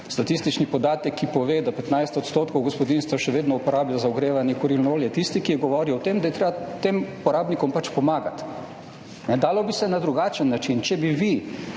statistični podatek, ki pove, da 15 % gospodinjstev še vedno uporablja za ogrevanje kurilno olje. Tisti, ki je govoril o tem, da je ta, tem porabnikom pač pomagati. Dalo bi se na drugačen način, če bi vi